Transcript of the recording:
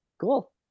cool